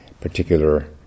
particular